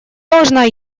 должна